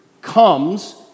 comes